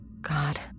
God